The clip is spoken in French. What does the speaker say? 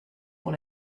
pour